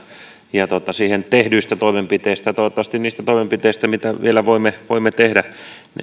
ja siihen tehdyistä toimenpiteistä on ollut hyvä ja niistä toimenpiteistä mitä vielä toivottavasti voimme tehdä